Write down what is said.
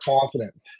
confident